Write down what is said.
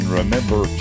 remember